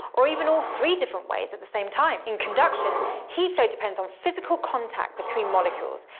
or even all three different ways at the same time. in conduction, heat flow depends on physical contact between molecules,